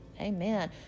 Amen